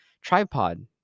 tripod